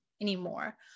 anymore